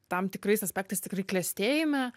tam tikrais aspektais tikrai klestėjime